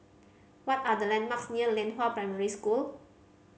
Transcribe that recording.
what are the landmarks near Lianhua Primary School